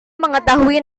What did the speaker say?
mengetahui